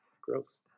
Gross